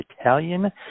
Italian